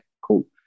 cool